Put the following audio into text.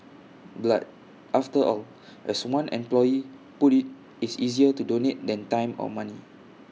blood after all as one employee put IT is easier to donate than time or money